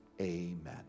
amen